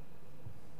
יש כאלה שאומרים,